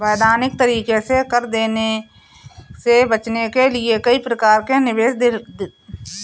वैधानिक तरीके से कर देने से बचने के लिए कई प्रकार के निवेश को दिखलाना पड़ता है